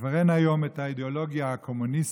וכבר אין היום האידיאולוגיה הקומוניסטית